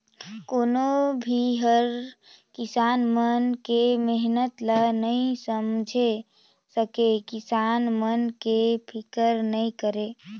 कोनो भी हर किसान मन के मेहनत ल नइ समेझ सके, किसान मन के फिकर नइ करे